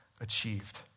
achieved